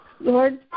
Lord